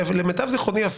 למיטב זכרוני,